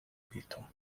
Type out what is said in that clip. python